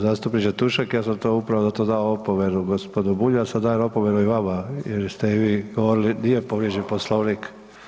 Zastupniče Tušek, ja sam to upravo zato dao opomenu g. Bulja, a sad dajem opomenu i vama jer ste i vi govorili, nije povrijeđen Poslovnik.